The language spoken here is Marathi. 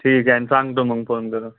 ठीक आहे ना सांगतो मग फोन करून